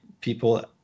people